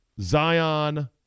Zion